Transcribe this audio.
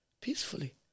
peacefully